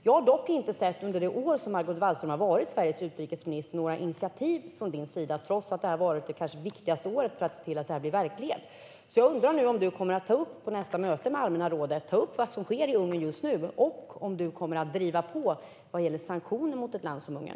Under det år som du, Margot Wallström, har varit utrikesminister har jag dock inte sett några initiativ från din sida, trots att det har varit det kanske viktigaste året för att se till att det här blir verklighet. Jag undrar nu om du på nästa möte med allmänna rådet kommer att ta upp vad som sker i Ungern just nu och om du kommer att driva på vad gäller sanktioner mot ett land som Ungern.